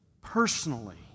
personally